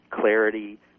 clarity